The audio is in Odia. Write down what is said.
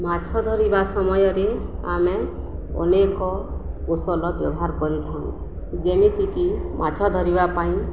ମାଛ ଧରିବା ସମୟରେ ଆମେ ଅନେକ କୌଶଳ ବ୍ୟବହାର କରିଥାଉଁ ଯେମିତିକି ମାଛ ଧରିବା ପାଇଁ